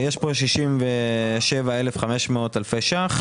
יש פה 67,500 אלפי ₪,